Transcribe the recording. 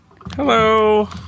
Hello